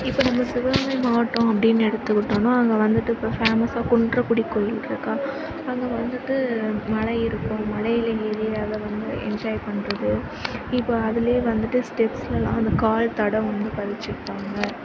இப்போ நம்ம சிவகங்கை மாவட்டம் அப்படின் எடுத்துக்கிட்டோனா அங்கே வந்துவிட்டு இப்போ ஃபேமஸாக குன்றக்குடி கோயில்யிருக்கா அங்கே வந்துவிட்டு மலை இருக்கும் மலையில ஏறி அதை வந்து என்ஜாய் பண்ணுறது இப்போ அதுல வந்துவிட்டு ஸ்டெப்ஸ்லலாம் அந்து கால் தடம் வந்து பதிச்சியிருப்பாங்க